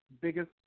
biggest